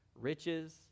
riches